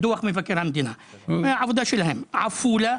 עפולה,